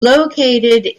located